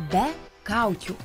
be kaukių